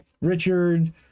Richard